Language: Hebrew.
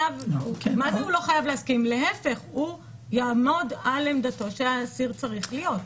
הוא יעמוד על עמדתו שצריך להיות האסיר.